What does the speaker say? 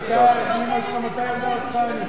מתי אמא שלך ילדה אותך?